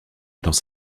dans